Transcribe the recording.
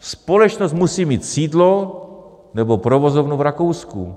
Společnost musí mít sídlo nebo provozovnu v Rakousku.